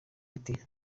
iti